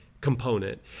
component